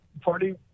party